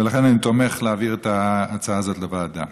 ולכן אני תומך בהעברת ההצעה הזאת לוועדה.